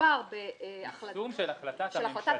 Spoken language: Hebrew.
ב --- יישום של החלטת הממשלה.